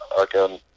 again